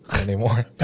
anymore